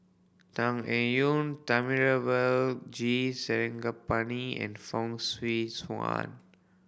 Tan Eng Yoon Thamizhavel G Sarangapani and Fong Swee Suan